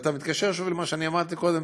ואתה מתקשר שוב למה שאמרתי קודם,